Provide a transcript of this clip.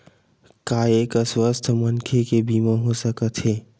का एक अस्वस्थ मनखे के बीमा हो सकथे?